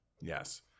Yes